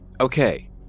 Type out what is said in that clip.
okay